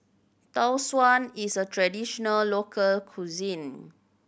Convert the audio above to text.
Tau Suan is a traditional local cuisine